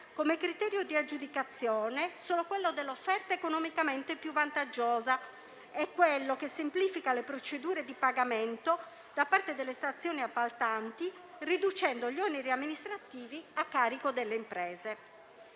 come criterio di aggiudicazione, solo quello dell'offerta economicamente più vantaggiosa e quello che semplifica le procedure di pagamento da parte delle stazioni appaltanti, riducendo gli oneri amministrativi a carico delle imprese.